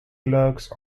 clerks